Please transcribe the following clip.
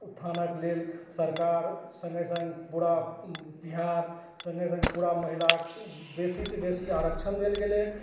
उत्थानक लेल सरकार सङ्गे सङ्ग पूरा बिहार सङ्गे सङ्गे पूरा महिला बेसी से बेसी आरक्षण देल गेलै